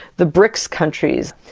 the brics countries.